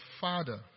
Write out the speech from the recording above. Father